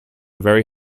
very